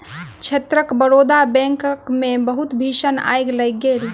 क्षेत्रक बड़ौदा बैंकक मे बहुत भीषण आइग लागि गेल